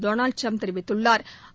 Donald Trump தெரிவித்துள்ளாா்